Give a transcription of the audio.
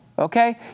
Okay